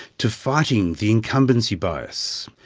to fighting the incumbency bias.